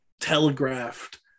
telegraphed